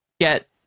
get